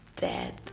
dead